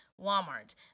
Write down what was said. Walmart